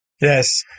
Yes